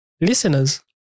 listeners